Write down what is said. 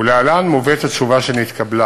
ולהלן מובאת התשובה שנתקבלה: